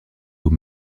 aux